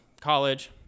college